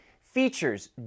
features